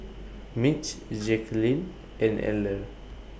Mitch Jacqulyn and Eller